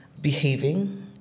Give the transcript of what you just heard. behaving